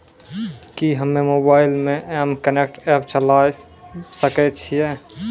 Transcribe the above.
कि हम्मे मोबाइल मे एम कनेक्ट एप्प चलाबय सकै छियै?